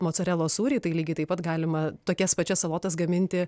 mocarelos sūrį tai lygiai taip pat galima tokias pačias salotas gaminti